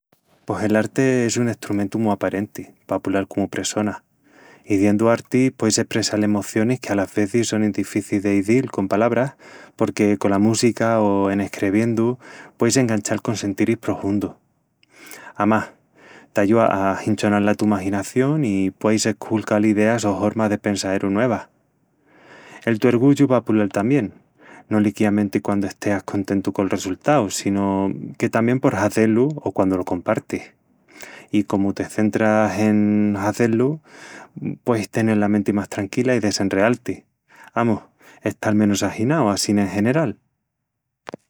Pos el arti es un estrumentu mu aparenti pa pulal comu pressona. Hiziendu arti pueis espressal emocionis que alas vezis sonin dificis de izil con palabras porque cola música o en escreviendu pueis enganchal con sentiris prohundus. Amás, t'ayúa a ahinchonal la tu maginación i pueis esculcal ideas o hormas de pensaeru nuevas. El tu ergullu va a pulal tamién... no liquiamenti quandu esteas contentu col resultau, sino que tamién por hazé-lu o quandu lo compartis... I comu te centras en hazé-lu, pueis tenel la menti más tranquila i desenreal-ti. Amus... estal menus aginau assín en general...